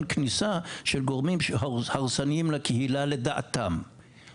כניסה של גורמים שהרסניים לקהילה לדעתם.